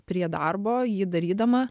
prie darbo jį darydama